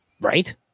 Right